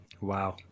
Wow